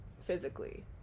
physically